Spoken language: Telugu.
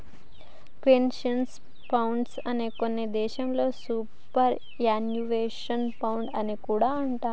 పెన్షన్ ఫండ్ నే కొన్ని దేశాల్లో సూపర్ యాన్యుయేషన్ ఫండ్ అని కూడా పిలుత్తారు